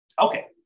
Okay